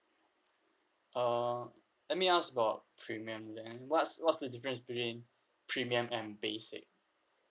err let me ask about premium then what's what's the difference between premium and basic